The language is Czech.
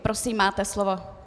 Prosím, máte slovo.